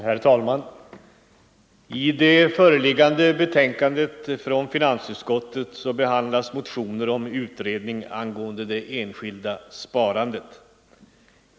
Herr talman! I det föreliggande betänkandet från finansutskottet behandlas motioner om utredning angående det enskilda sparandet.